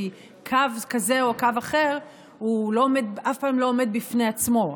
כי קו כזה או קו אחר אף פעם לא עומד בפני עצמו.